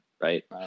right